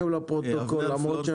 הערות.